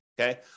okay